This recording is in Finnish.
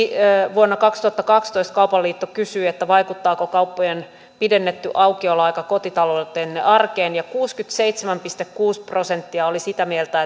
vuonna kaksituhattakaksitoista kaupan liitto kysyi vaikuttaako kauppojen pidennetty aukioloaika kotitaloutenne arkeen ja kuusikymmentäseitsemän pilkku kuusi prosenttia oli sitä mieltä